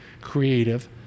creative